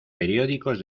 periódicos